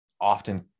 often